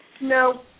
No